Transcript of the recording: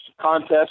contest